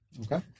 Okay